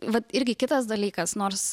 vat irgi kitas dalykas nors